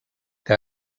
que